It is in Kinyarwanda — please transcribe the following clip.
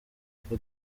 papa